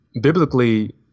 biblically